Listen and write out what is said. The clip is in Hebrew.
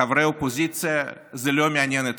חברי האופוזיציה, זה לא מעניין אתכם.